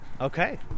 okay